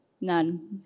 None